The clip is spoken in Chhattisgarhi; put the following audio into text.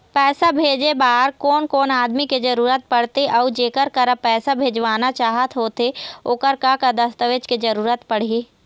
पैसा भेजे बार कोन कोन आदमी के जरूरत पड़ते अऊ जेकर करा पैसा भेजवाना चाहत होथे ओकर का का दस्तावेज के जरूरत पड़ही?